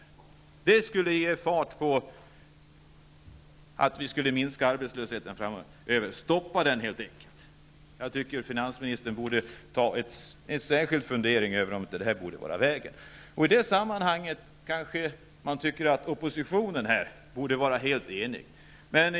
Det skulle sätta fart på hjulen, så att arbetslösheten minskar framöver. Jag tycker att finansministern borde ta sig en särskild funderare över om inte den vägen vore värd att gå. I sammanhanget kan man tycka att oppositionen borde vara helt enig.